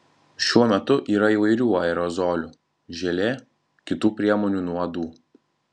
šiuo metu yra įvairių aerozolių želė kitų priemonių nuo uodų